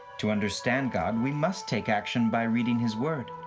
to understand god, we must take action by reading his word.